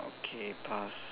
okay pass